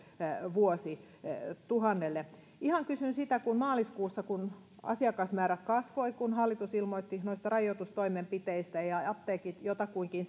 vuosituhannelle maaliskuussa asiakasmäärät kasvoivat kun hallitus ilmoitti rajoitustoimenpiteistä apteekit jotakuinkin